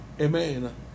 Amen